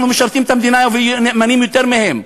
אנחנו משרתים את המדינה ונאמנים יותר מהם.